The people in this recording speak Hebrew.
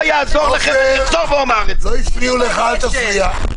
עופר, עופר, לא הפריעו לך, אל תפריע.